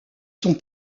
sont